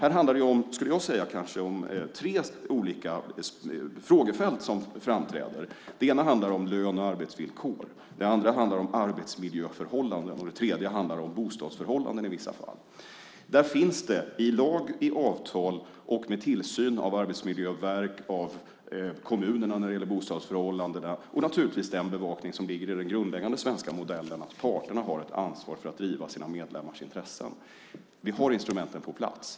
Jag skulle säga att det är tre olika frågefält som framträder. Det första handlar om lön och arbetsvillkor, det andra om arbetsmiljöförhållanden och det tredje om bostadsförhållanden i vissa fall. Där finns lagar och avtal samt en tillsyn av Arbetsmiljöverket och, när det gäller bostadsförhållandena, av kommunerna. Och naturligtvis finns också den bevakning som ligger i den grundläggande svenska modellen, nämligen att parterna har ett ansvar för att driva sina medlemmars intressen. Vi har alltså instrumenten på plats.